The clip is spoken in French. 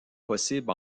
possible